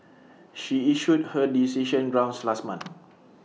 she issued her decision grounds last month